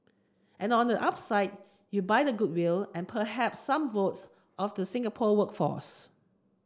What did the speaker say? and on the upside you buy the goodwill and perhaps some votes of the Singapore workforce